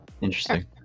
interesting